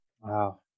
Wow